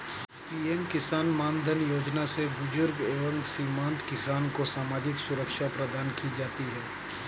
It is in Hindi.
पीएम किसान मानधन योजना से बुजुर्ग एवं सीमांत किसान को सामाजिक सुरक्षा प्रदान की जाती है